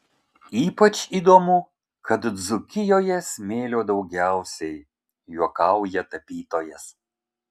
ypač įdomu kad dzūkijoje smėlio daugiausiai juokauja tapytojas